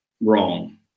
wrong